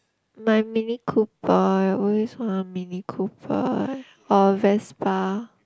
my mini-cooper I always want a mini-cooper or vespa